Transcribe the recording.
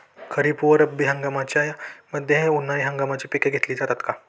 खरीप व रब्बी हंगामाच्या मध्ये उन्हाळी हंगामाची पिके घेतली जातात का?